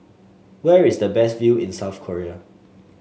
where is the best view in South Korea